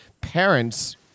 parents